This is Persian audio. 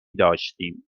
داشتیم